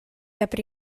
aprì